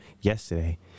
yesterday